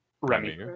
Remy